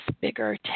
bigger